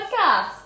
podcast